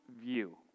view